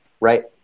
right